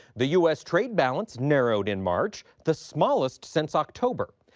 the u s. trade balance narrowed in march the smallest since october.